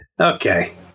Okay